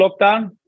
lockdown